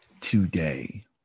Today